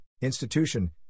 Institution